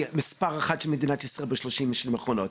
מספר אחת במדינת ישראל ב-30 השנים האחרונות.